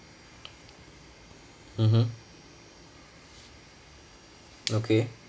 mmhmm okay